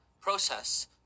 process